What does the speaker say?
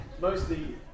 mostly